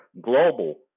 global